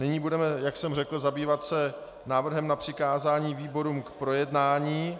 Nyní se budeme, jak jsem řekl, zabývat návrhem na přikázání výborům k projednání.